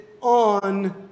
on